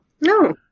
No